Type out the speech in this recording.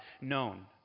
known